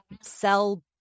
sell